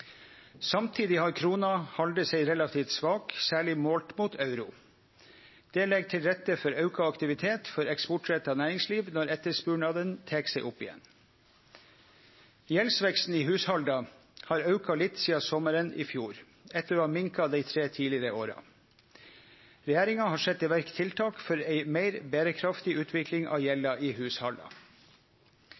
Samtidig har krona halde seg relativt svak, særleg målt mot euro. Det legg til rette for auka aktivitet for eksportretta næringsliv når etterspurnaden tek seg opp igjen. Gjeldsveksten i hushalda har auka litt sidan sommaren i fjor, etter å ha minka dei tre tidlegare åra. Regjeringa har sett i verk tiltak for ei meir berekraftig utvikling i gjelda til hushalda.